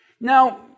Now